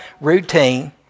routine